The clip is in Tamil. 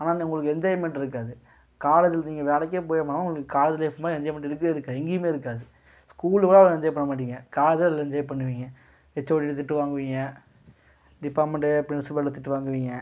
ஆனால் அங்கே உங்களுக்கு என்ஜாய்மென்ட் இருக்காது காலேஜில் நீங்கள் வேலைக்கே போயிருந்தாலும் உங்களுக்கு காலேஜ் லைஃப் மாதிரி என்ஜாய்மென்ட் இருக்கவே இருக்காது எங்கேயுமே இருக்காது ஸ்கூலில் கூட அவ்வளோ என்ஜாய் பண்ண மாட்டிங்க காலேஜில் தான் அவ்வளோ என்ஜாய் பண்ணுவீங்க ஹெச்ஓடிட திட்டு வாங்குவீங்க டிபார்ட்மெண்டு ப்ரின்சிபால்கிட்ட திட்டுவாங்குவீங்க